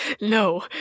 No